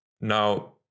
Now